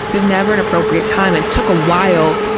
there's never an appropriate time. it took a while,